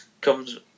comes